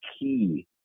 key